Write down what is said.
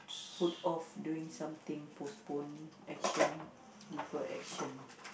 put off doing something postpone action defer action